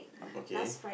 okay